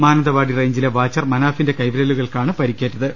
മാനന്തവാടി റെയിഞ്ചിലെ വാച്ചൂർ മനാഫിന്റെ കൈവിരലുകൾക്കാണ് പരിക്കേറ്റത്